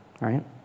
right